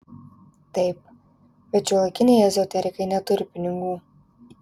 taip bet šiuolaikiniai ezoterikai neturi pinigų